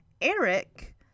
Eric